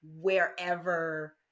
wherever